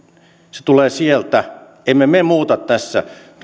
se tulee sieltä emme me muuta tässä